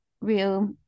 real